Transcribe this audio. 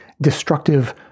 destructive